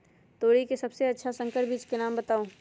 तोरी के सबसे अच्छा संकर बीज के नाम बताऊ?